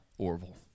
orville